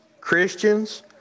Christians